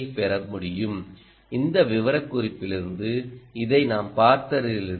பெற முடியும் இந்த விவரக்குறிப்பிலிருந்து இதை நாம் பார்த்ததிலிருந்து